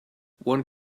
one